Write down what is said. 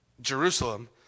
Jerusalem